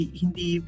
hindi